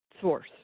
source